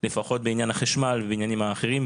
לפחות בעניין החשמל ועניינים אחרים,